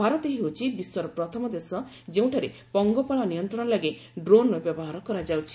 ଭାରତ ହେଉଛି ବିଶ୍ୱର ପ୍ରଥମ ଦେଶ ଯେଉଁଠାରେ ପଙ୍ଗପାଳ ନିୟନ୍ତ୍ରଣ ଲାଗି ଡ୍ରୋନ୍ର ବ୍ୟବହାର କରାଯାଉଛି